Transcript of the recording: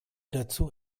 dazu